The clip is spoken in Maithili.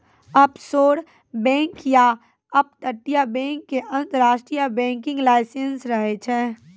ऑफशोर बैंक या अपतटीय बैंक के अंतरराष्ट्रीय बैंकिंग लाइसेंस रहै छै